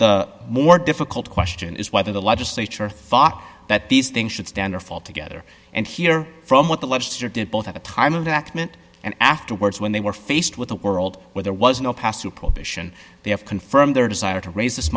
the more difficult question is whether the legislature thought that these things should stand or fall together and here from what the lobster did both at the time of the act meant and afterwards when they were faced with a world where there was no past to prohibition they have confirmed their desire to raise this